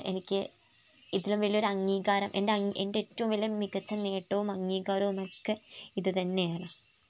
എനിക്ക് ഇതിലും വലിയൊരു അംഗീകാരം എന്റെ ഏറ്റവും വലിയ മികച്ച നേട്ടവും അംഗീകാരവുമൊക്കെ ഇത് തന്നെയാണ്